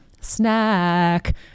Snack